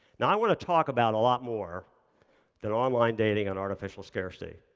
now, i want to talk about a lot more than online dating and artificial scarcity.